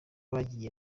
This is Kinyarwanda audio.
bagiye